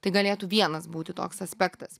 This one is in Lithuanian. tai galėtų vienas būti toks aspektas